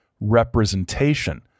representation